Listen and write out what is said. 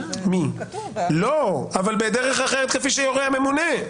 אבל בדרך אחרת כפי שיורה הממונה.